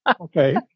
Okay